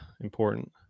important